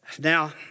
Now